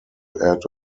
add